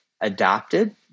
adopted